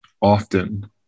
often